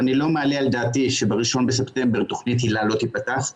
אני לא מעלה על דעתי שב-1 לספטמבר תכנית היל"ה לא תיפתח,